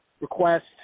request